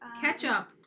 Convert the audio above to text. Ketchup